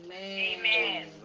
Amen